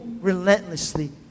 relentlessly